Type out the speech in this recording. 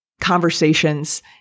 conversations